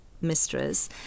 mistress